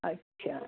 अच्छा